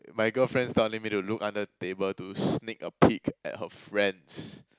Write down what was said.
my girlfriend's telling me to look under the table to sneak a peek at her friends